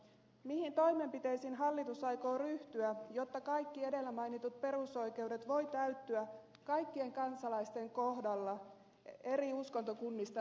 mihin toimenpiteisiin hallitus aikoo ryhtyä jotta kaikki edellä mainitut perusoikeudet voivat täyttyä kaikkien kansalaisten kohdalla uskontokunnasta riippumatta